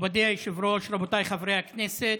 מכובדי היושב-ראש, רבותיי חברי הכנסת,